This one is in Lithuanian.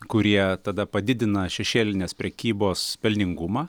kurie tada padidina šešėlinės prekybos pelningumą